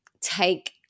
take